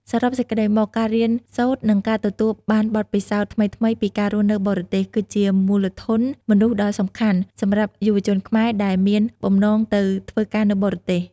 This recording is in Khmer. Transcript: សរុបសេចក្ដីមក ការរៀនសូត្រ និងការទទួលបានបទពិសោធន៍ថ្មីៗពីការរស់នៅបរទេស គឺជាមូលធនមនុស្សដ៏សំខាន់សម្រាប់យុវជនខ្មែរដែលមានបំណងទៅធ្វើការនៅបរទេស។